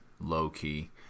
Low-key